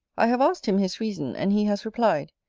i have asked him his reason, and he has replied,